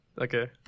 Okay